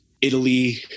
Italy